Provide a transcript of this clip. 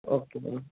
okay